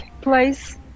place